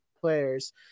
players